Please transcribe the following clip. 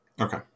Okay